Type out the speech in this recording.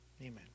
Amen